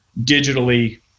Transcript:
digitally